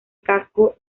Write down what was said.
casco